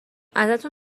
ازتون